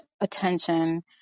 attention